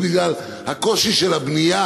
מספיק, בגלל הקושי של הבנייה.